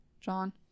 John